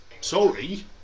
Sorry